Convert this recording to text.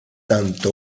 tanto